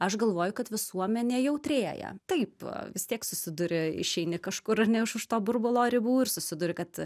aš galvoju kad visuomenė jautrėja taip vis tiek susiduri išeini kažkur ar ne už už to burbulo ribų ir susiduri kad